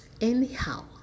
anyhow